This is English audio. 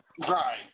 Right